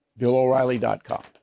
BillOReilly.com